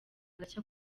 agashya